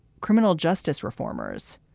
criminal justice reformers.